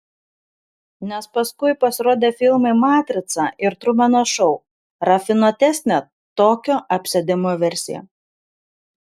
nes paskui pasirodė filmai matrica ir trumeno šou rafinuotesnė tokio apsėdimo versija